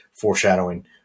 foreshadowing